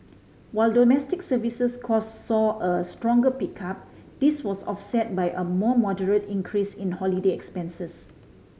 while domestic services cost saw a stronger pickup this was offset by a more moderate increase in holiday expenses